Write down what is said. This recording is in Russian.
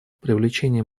привлечение